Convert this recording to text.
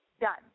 Done